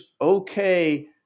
okay